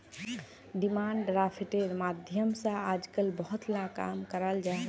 demand ड्राफ्टेर माध्यम से आजकल बहुत ला काम कराल जाहा